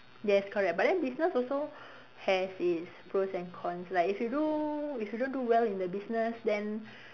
yes correct but then business also has it's pros and cons like if you do if you don't do well in the business then